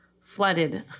flooded